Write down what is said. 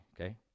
Okay